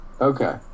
Okay